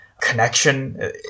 connection